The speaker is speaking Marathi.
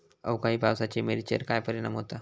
अवकाळी पावसाचे मिरचेर काय परिणाम होता?